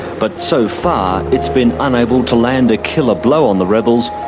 but so far, it's been unable to land a killer blow on the rebels,